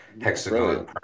hexagon